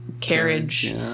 carriage